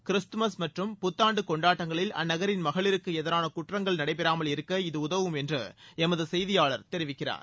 Christmas மற்றும் புத்தாண்டு கொண்டாட்டங்களில் அந்நகரின் மகளிருக்கு எதிரான குற்றங்கள் நடைபெறாமல் இருக்க இது உதவும் என்று எமது செய்தியாளர் தெரிவிக்கிறார்